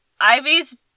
Ivy's